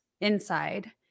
inside